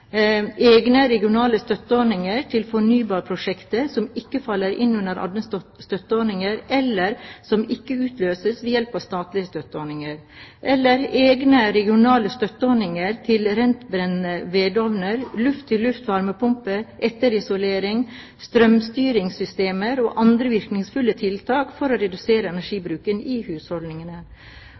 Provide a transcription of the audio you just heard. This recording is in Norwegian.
egne regionale støtteordninger til fornybarprosjekter som ikke faller inn under andre støtteordninger, eller som ikke utløses ved hjelp av statlige støtteordninger egne regionale støtteordninger til rentbrennende vedovner, luft-til-luft varmepumper, etterisolering, strømstyringssystemer og andre virkningsfulle tiltak for å redusere energibruken i husholdningene